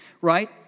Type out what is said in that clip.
right